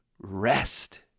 rest